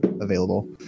available